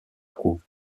trouve